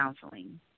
counseling